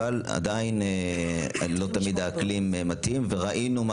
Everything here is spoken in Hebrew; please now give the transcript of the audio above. אבל עדיין לא תמיד האקלים מתאים וראינו מה